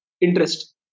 Interest